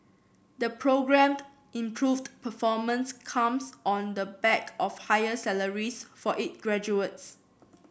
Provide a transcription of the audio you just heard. the programmed improved performance comes on the back of higher salaries for it graduates